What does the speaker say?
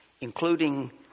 including